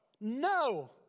No